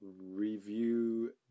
review